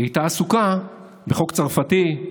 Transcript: היא הייתה עסוקה בחוק צרפתי,